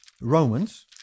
Romans